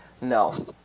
No